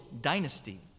dynasty